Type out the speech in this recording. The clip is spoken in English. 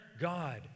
God